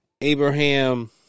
Abraham